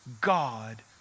God